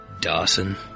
Dawson